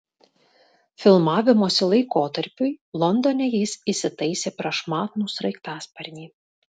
filmavimosi laikotarpiui londone jis įsitaisė prašmatnų sraigtasparnį